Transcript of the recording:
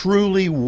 Truly